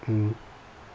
mm